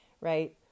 right